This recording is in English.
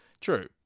True